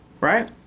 right